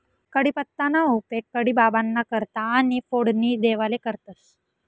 कढीपत्ताना उपेग कढी बाबांना करता आणि फोडणी देवाले करतंस